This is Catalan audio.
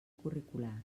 curricular